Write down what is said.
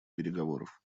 переговоров